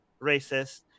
racist